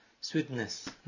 sweetness